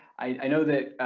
i know that